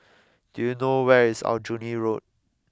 do you know where is Aljunied Road